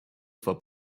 for